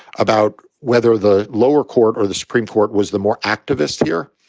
about whether the lower court or the supreme court was the more activist here,